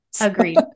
Agreed